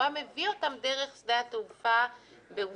הוא היה מביא אותן דרך שדה התעופה בעובדה,